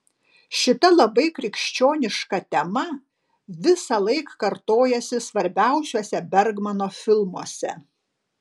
šita labai krikščioniška tema visąlaik kartojasi svarbiausiuose bergmano filmuose